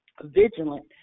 vigilant